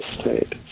state